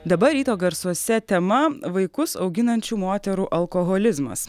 dabar ryto garsuose tema vaikus auginančių moterų alkoholizmas